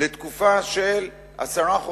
לתקופה של עשרה חודשים,